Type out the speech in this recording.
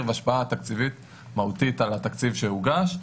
והשפעה תקציבית מהותית על התקציב שהוגש.